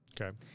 Okay